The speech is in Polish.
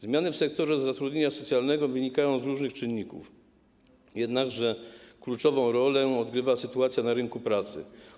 Zmiany w sektorze zatrudnienia socjalnego wynikają z różnych czynników, jednakże kluczową rolę odgrywa sytuacja na rynku pracy.